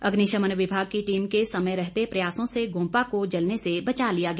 अग्निशमन विभाग की टीम के समय रहते प्रयासों से गोम्पा को जलने से बचा लिया गया